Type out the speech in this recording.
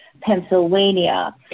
Pennsylvania